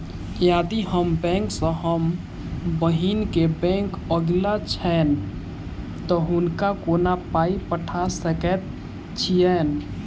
यदि हम्मर बैंक सँ हम बहिन केँ बैंक अगिला छैन तऽ हुनका कोना पाई पठा सकैत छीयैन?